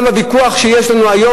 גם בוויכוח שיש לנו היום,